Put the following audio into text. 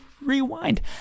rewind